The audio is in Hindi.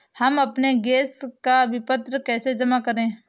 हम अपने गैस का विपत्र कैसे जमा करें?